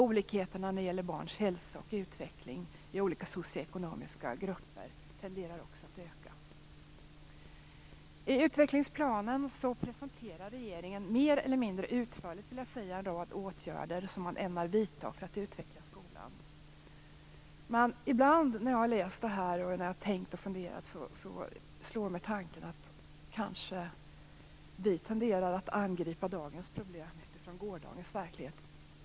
Olikheterna när det gäller barns hälsa och utveckling i olika socioekonomiska grupper tenderar att öka. I utvecklingsplanen presenterar regeringen, mer eller mindre utförligt vill jag säga, en rad åtgärder som man ämnar vidta för att utveckla skolan. Ibland när jag har läst det här, och tänkt och funderat, har tanken slagit mig att vi kanske tenderar att angripa dagens problem utifrån gårdagens verklighet.